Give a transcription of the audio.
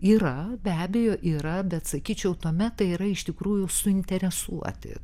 yra be abejo yra bet sakyčiau tuomet tai yra iš tikrųjų suinteresuoti